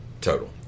total